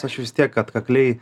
aš vis tiek atkakliai